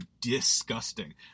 disgusting